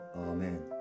Amen